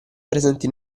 presenti